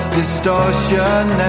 distortion